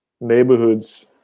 neighborhoods